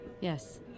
yes